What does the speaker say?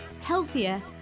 healthier